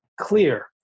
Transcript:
clear